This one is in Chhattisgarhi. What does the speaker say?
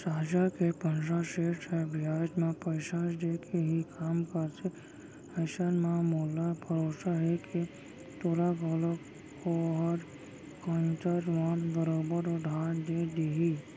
साजा के पंडरा सेठ ह बियाज म पइसा देके ही काम करथे अइसन म मोला भरोसा हे के तोला घलौक ओहर कन्तर म बरोबर उधार दे देही